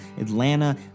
Atlanta